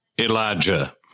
Elijah